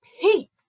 peace